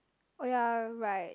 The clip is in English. oh ya right